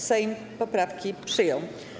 Sejm poprawki przyjął.